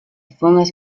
fong